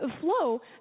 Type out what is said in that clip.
flow